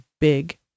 big